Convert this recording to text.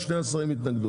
שני השרים התנגדו,